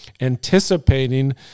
anticipating